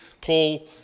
Paul